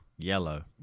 yellow